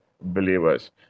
believers